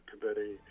Committee